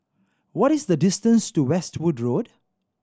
what is the distance to Westwood Road